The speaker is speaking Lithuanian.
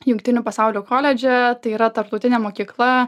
jungtinių pasaulio koledže tai yra tarptautinė mokykla